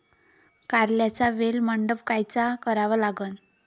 कारल्याचा वेल मंडप कायचा करावा लागन?